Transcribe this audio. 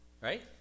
right